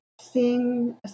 seeing